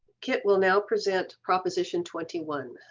kit will now present proposition twenty one.